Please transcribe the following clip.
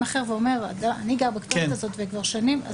אחר ואומר שהוא גר בכתובת הזאת כבר שנים,